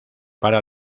para